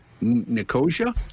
nicosia